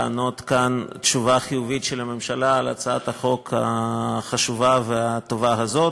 לענות כאן תשובה חיובית של הממשלה על הצעת החוק החשובה והטובה הזאת.